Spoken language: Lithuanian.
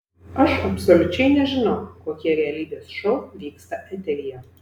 aš absoliučiai nežinau kokie realybės šou vyksta eteryje